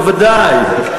בוודאי.